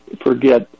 forget